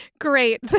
Great